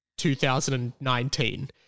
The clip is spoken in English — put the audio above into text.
2019